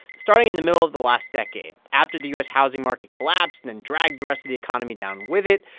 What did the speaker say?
starting in the middle of the last decade, after the u s. housing market collapsed and and dragged the rest of the economy down with it,